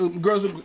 girls